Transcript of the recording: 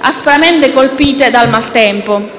aspramente colpite dal maltempo.